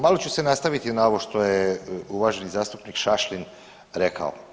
Malo ću se nastaviti na ovo što je uvaženi zastupnik Šašlin rekao.